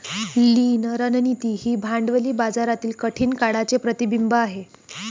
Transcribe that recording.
लीन रणनीती ही भांडवली बाजारातील कठीण काळाचे प्रतिबिंब आहे